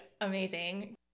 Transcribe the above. amazing